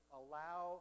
allow